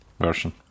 version